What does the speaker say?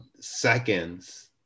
seconds